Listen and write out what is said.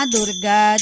Durga